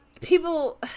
people